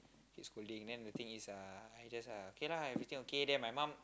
keep scolding then the thing is uh I just like ah okay lah everything okay then my mom